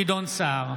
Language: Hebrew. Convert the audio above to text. גדעון סער,